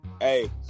hey